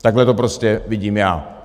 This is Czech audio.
Takhle to prostě vidím já.